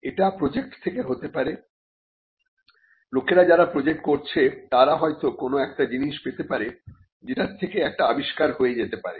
এটা প্রজেক্ট থেকে হতে পারে লোকেরা যারা প্রজেক্ট করছে তারা হয়তো কোন একটা জিনিস পেতে পারে যেটা থেকে একটা আবিষ্কার হয়ে যেতে পারে